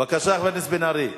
בבקשה, חבר הכנסת בן-ארי.